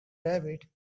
rabbit